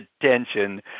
attention